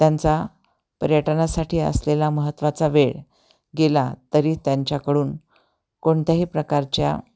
त्यांचा पर्यटनासाठी असलेला महत्त्वाचा वेळ गेला तरी त्यांच्याकडून कोणत्याही प्रकारच्या